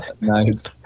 Nice